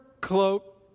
cloak